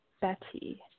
Betty